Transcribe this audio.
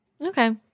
Okay